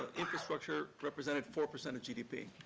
infrastructure represented four percent of gdp.